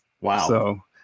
Wow